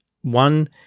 one